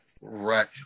Right